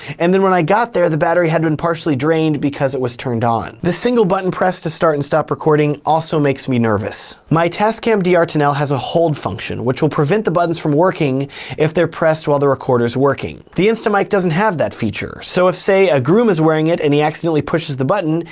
and then when i got there, the battery had been partially drained because it was turned on. the single button press to start and stop recording also makes me nervous. my tascam dr ten l has a hold function, which will prevent the buttons from working if they're pressed while the recorder's working. the instamic doesn't have that feature, so let's say a groom is wearing it, and he accidentally pushes the button,